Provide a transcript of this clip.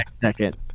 second